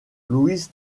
louise